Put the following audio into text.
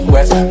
West